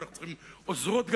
ואנחנו צריכים עוזרות גננות,